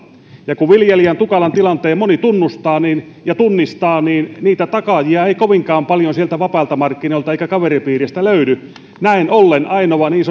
ja kun viljelijän tukalan tilanteen moni tunnustaa ja tunnistaa niin niitä takaajia ei kovinkaan paljon sieltä vapailta markkinoilta eikä kaveripiiristä löydy näin ollen ainoa niin